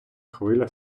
хвиля